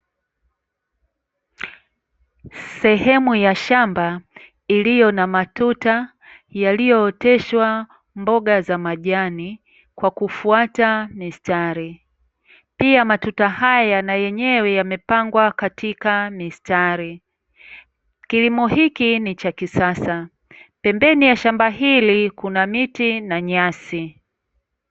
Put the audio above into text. Sehemu ya shamba iliyo na matuta yaliyooteshwa mboga za majani kwa kufuata mistari. Pia, matuta haya na yenyewe yamepangwa katika mistari. Kilimo hiki ni cha kisasa. Pembeni ya shamba hili kuna miti na nyasi.